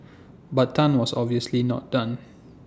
but Tan was obviously not done